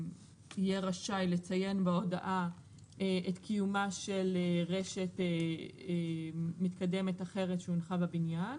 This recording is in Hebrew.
יהיה רשאי לציין בהודעה את קיומה של רשת מתקדמת אחרת שהונחה בבניין,